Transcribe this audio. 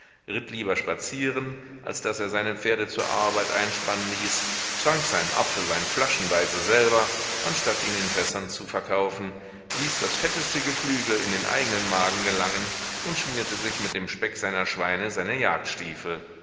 ritt lieber spazieren als daß er seine pferde zur arbeit einspannen ließ trank seinen apfelwein flaschenweise selber anstatt ihn in fässern zu verkaufen ließ das fetteste geflügel in den eignen magen gelangen und schmierte sich mit dem speck seiner schweine seine